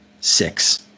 six